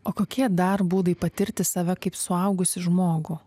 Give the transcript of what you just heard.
o kokie dar būdai patirti save kaip suaugusį žmogų